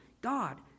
God